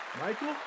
Michael